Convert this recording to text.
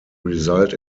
result